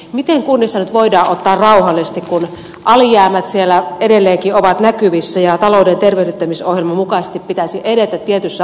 miten kunnissa nyt voidaan ottaa rauhallisesti kun alijäämät siellä edelleenkin ovat näkyvissä ja talouden tervehdyttämisohjelman mukaisesti pitäisi edetä tietyssä aikataulussa